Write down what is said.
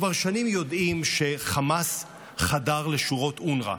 כבר שנים יודעים שחמאס חדר לשורות אונר"א.